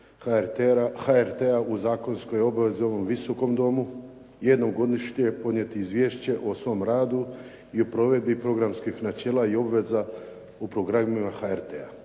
HRT-a u zakonskoj je obvezi ovom Visokom domu jednom godišnje podnijeti izvješće o svom radu i u provedbi programskih načela i obveza o programima HRT-a.